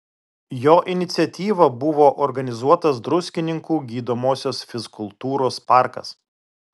jo iniciatyva buvo organizuotas druskininkų gydomosios fizkultūros parkas